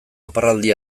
aparraldi